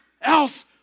else